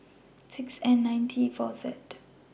six N nine T four Z